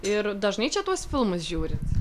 ir dažnai čia tuos filmus žiūrit